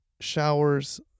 showers